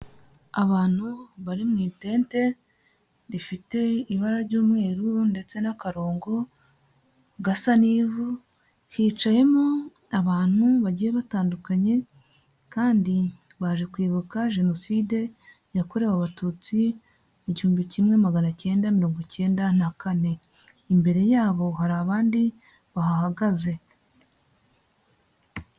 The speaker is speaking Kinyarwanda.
Abantu bari mu itente rifite ibara ry'umweru ndetse n'akarongo gasa n'ivu, hicayemo abantu bagiye batandukanye kandi baje kwibuka Jenoside yakorewe Abatutsi mu gihumbi kimwe magana acyenda mirongo icyenda na kane, imbere yabo hari abandi bahahagaze.